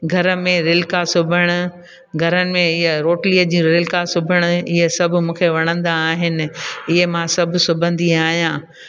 घर में रिलका सिबण घरनि में इअं रोटलीअ जी रिलका सिबण इहे सभु मूंखे वणंदा आहिनि इहे मां सभु सिबंदी आहियां